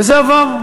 וזה עבר.